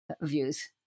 views